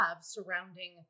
surrounding